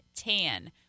tan